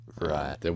Right